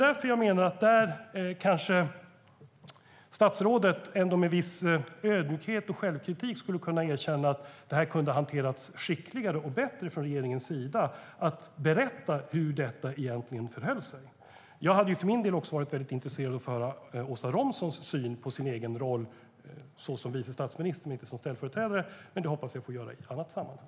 Där kanske statsrådet med viss ödmjukhet och självkritik skulle kunna erkänna att detta hade kunnat hanteras skickligare och bättre från regeringens sida, nämligen genom att berätta hur det egentligen förhåller sig. Jag hade för min del varit intresserad av att få höra Åsa Romsons syn på sin egen roll som vice statsminister men inte som ställföreträdare, men det hoppas jag få göra i ett annat sammanhang.